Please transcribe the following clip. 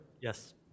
Yes